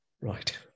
Right